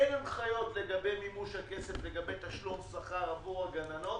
ואין הנחיות לגבי מימוש הכסף לתשלום שכר עבור הגננות.